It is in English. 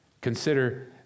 Consider